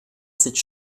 cette